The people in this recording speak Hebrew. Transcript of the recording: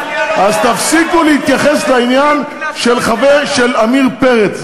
אז תפסיקו להתייחס לעניין של חבר של עמיר פרץ,